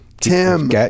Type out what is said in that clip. Tim